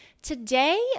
today